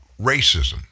racism